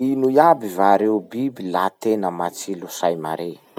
Ino iaby va reo biby la tena matsilo say mare?